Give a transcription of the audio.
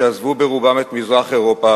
שעזבו ברובם את מזרח אירופה